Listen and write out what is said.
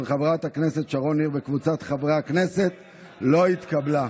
של חברת הכנסת שרון ניר וקבוצת חברי הכנסת לא התקבלה.